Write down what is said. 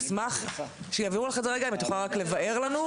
אשמח שיעבירו לך את זה אם את יכולה רק להבהיר לנו.